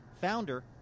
founder